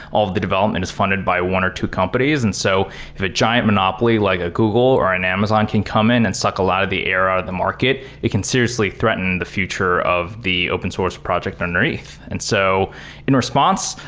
all of the development is funded by one or two companies. and so if a giant monopoly like a google or an amazon can come in and suck a lot of the air out of the market, they can seriously threaten the future of the open source project underneath. and so in response,